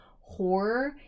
horror